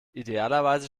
idealerweise